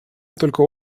только